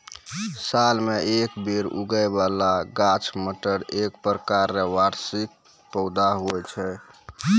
साल मे एक बेर उगै बाला गाछ मटर एक प्रकार रो वार्षिक पौधा हुवै छै